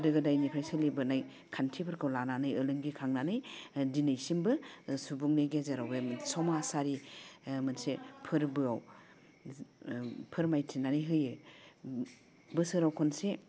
गोदो गोदायनिफ्राय सोलिबोनाय खान्थिफोरखौ लानानै ओलोंगि खांनानै दिनैसिमबो सुबुंनि गेजेराव बे समाजारि मोनसे फोरबोआव फोरमायथिनानै होयो बोसोराव खनसे